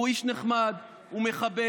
הוא איש נחמד, הוא מכבד.